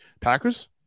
packers